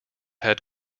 head